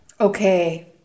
Okay